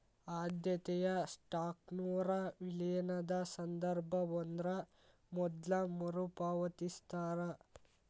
ಆದ್ಯತೆಯ ಸ್ಟಾಕ್ನೊರ ವಿಲೇನದ ಸಂದರ್ಭ ಬಂದ್ರ ಮೊದ್ಲ ಮರುಪಾವತಿಸ್ತಾರ